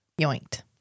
Yoinked